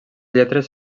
lletres